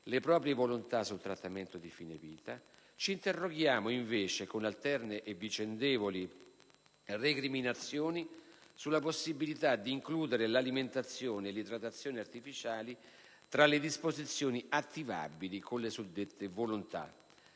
le proprie volontà sul trattamento di fine vita. Ci interroghiamo invece, con alterne e vicendevoli recriminazioni, sulla possibilità d'includere l'alimentazione e l'idratazione artificiali tra le disposizioni attivabili con le suddette volontà.